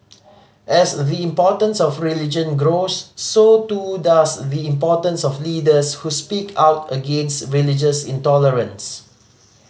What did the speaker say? as the importance of religion grows so too does the importance of leaders who speak out against religious intolerance